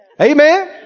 Amen